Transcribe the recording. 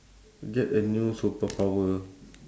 get a new superpower